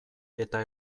eta